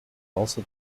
also